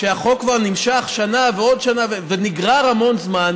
החוק כבר נמשך שנה ועוד שנה ונגרר המון זמן,